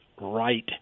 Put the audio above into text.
right